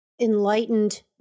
enlightened